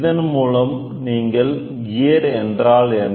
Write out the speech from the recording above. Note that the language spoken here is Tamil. இதன் மூலம் நீங்கள் கியர் என்றால் என்ன